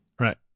right